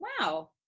wow